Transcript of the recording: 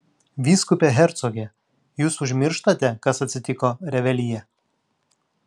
vyskupe hercoge jūs užmirštate kas atsitiko revelyje